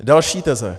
Další teze.